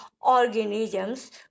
organisms